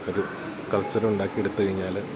ഒരു കൾച്ചര് ഉണ്ടാക്കിയെടുത്തു കഴിഞ്ഞാല്